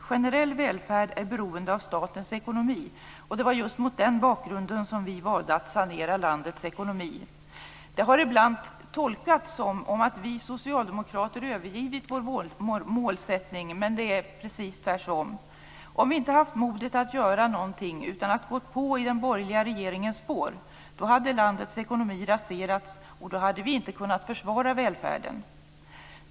Generell välfärd är beroende av statens ekonomi. Det var just mot den bakgrunden som vi valde att sanera landets ekonomi. Detta har ibland tolkats så att vi socialdemokrater övergivit vår målsättning, men det är precis tvärtom. Om vi inte haft modet att göra någonting utan hade gått på i den borgerliga regeringens spår, hade landets ekonomi raserats, och då hade vi inte kunnat försvara välfärden.